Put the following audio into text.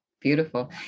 Beautiful